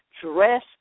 Dress